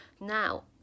Now